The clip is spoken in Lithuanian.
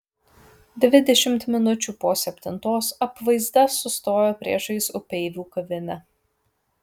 dvidešimt minučių po septintos apvaizda sustojo priešais upeivių kavinę